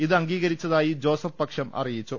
ഇത് അംഗീകരിച്ചതായി ജോസഫ് പക്ഷം അറിയിച്ചു